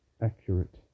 accurate